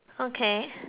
okay